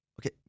Okay